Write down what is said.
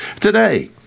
Today